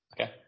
Okay